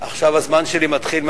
עכשיו הזמן שלי מתחיל מההתחלה?